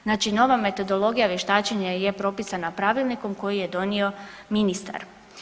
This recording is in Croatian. Znači nova metodologija vještačenja je propisana pravilnikom koji je donio ministar.